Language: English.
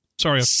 Sorry